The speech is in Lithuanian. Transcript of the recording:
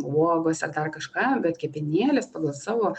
uogos ar dar kažką bet kepenėlės pagal savo